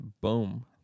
Boom